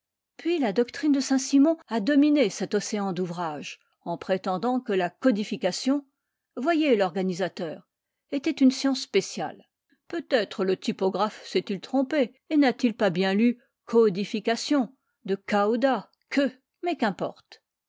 puis la doctrine de saint-simon a dominé cet océan d'ouvrages en prétendant que la codification voyez vorganisateur était une science spéciale peut-être le typographe s'est-il trompé et n'a-t-il pas bien lu caudification de cauda queue mais n'importe